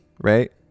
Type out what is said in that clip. Right